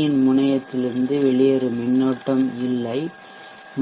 யின் முனையத்திலிருந்து வெளியேறும் மின்னோட்டம் இல்லை